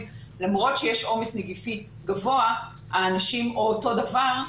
למרות שיש עומס נגיפי גבוה או אותו הדבר,